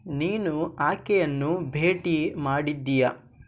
ನೀನು ಆಕೆಯನ್ನು ಭೇಟಿ ಮಾಡಿದ್ದೀಯಾ